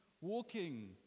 walking